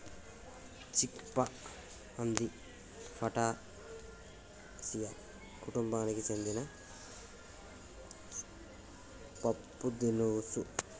చిక్ పా అంది ఫాటాసియా కుతుంబానికి సెందిన పప్పుదినుసు